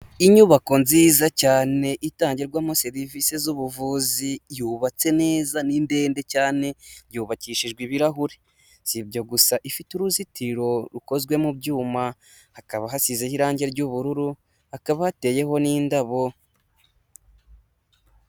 Inyubako nziza cyane itangirwamo serivisi z'ubuvuzi, yubatse neza ni ndende cyane yubakishijwe ibirahuri, si ibyo gusa ifite uruzitiro rukozwe mu byuma, hakaba hasizeho irangi ry'ubururu hakaba hateyeho n'indabo.